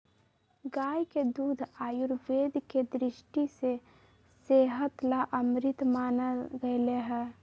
गाय के दूध आयुर्वेद के दृष्टि से सेहत ला अमृत मानल गैले है